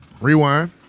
Rewind